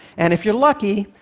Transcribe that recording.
and if you're lucky,